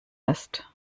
ist